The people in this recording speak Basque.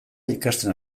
ikasten